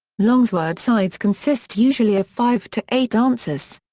longsword sides consist usually of five to eight dancers.